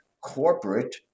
corporate